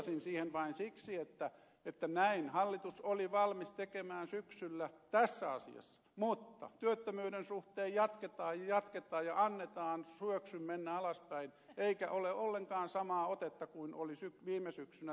viittasin siihen vain siksi että näin hallitus oli valmis tekemään syksyllä tässä asiassa mutta työttömyyden suhteen jatketaan ja jatketaan ja annetaan syöksyn mennä alaspäin eikä ole ollenkaan samaa otetta kuin oli viime syksynä tähän asiaan